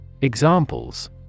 Examples